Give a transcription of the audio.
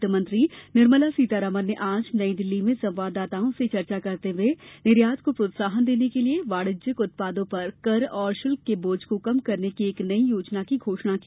वित्तमंत्री निर्मला सीतारामन ने आज नई दिल्ली में संवाददाताओं से चर्चा करते हए निर्यात को प्रोत्साहन देने के लिए वाणिज्यिक उत्पादों पर कर और शुल्क के बोझ को कम करने की एक नई योजना की घोषणा की